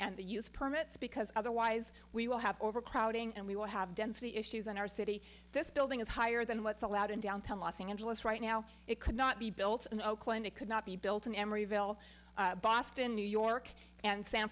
and the use permits because otherwise we will have overcrowding and we will have density issues in our city this building is higher than what's allowed in downtown los angeles right now it could not be built in oakland it could not be built in emeryville boston new york and san